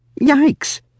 Yikes